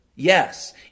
Yes